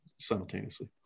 simultaneously